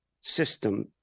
system